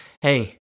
hey